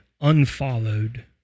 unfollowed